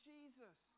Jesus